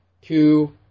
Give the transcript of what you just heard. Two